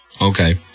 Okay